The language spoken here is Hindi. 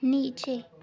नीचे